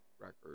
record